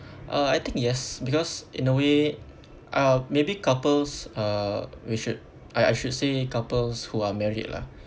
uh I think yes because in a way uh maybe couples uh we should I I should say couples who are married lah